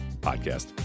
Podcast